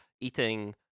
eating